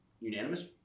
unanimous